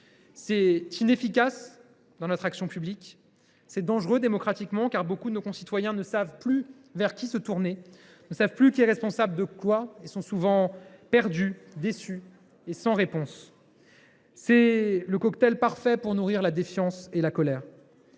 C’est inefficace pour notre action publique. C’est dangereux démocratiquement, car beaucoup de nos concitoyens ne savent plus vers qui se tourner, ne savent plus qui est responsable de quoi ; ils sont souvent perdus, déçus et sans réponse. C’est le cocktail parfait pour nourrir la défiance et la colère,